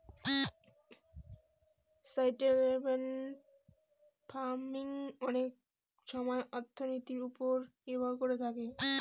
sustainable farming অনেক সময় অর্থনীতির ওপর নির্ভর করে থাকে